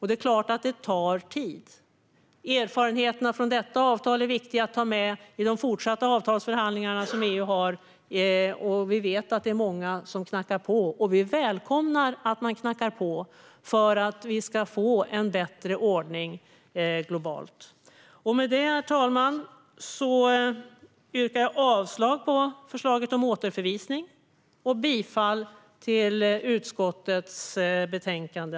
Det är klart att det tar tid. Erfarenheterna från det här avtalet är viktiga att ta med i EU:s fortsatta avtalsförhandlingar. Vi vet att det är många som knackar på, och vi välkomnar det för att det ska bli en bättre ordning globalt. Herr talman! Med detta yrkar jag avslag på förslaget om återförvisning och bifall till utskottets förslag i betänkandet.